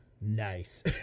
Nice